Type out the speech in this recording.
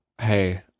Hey